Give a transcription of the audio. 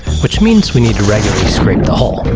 which means we need to regularly scrape the hull.